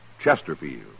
Chesterfield